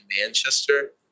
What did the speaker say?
Manchester